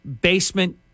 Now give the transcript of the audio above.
basement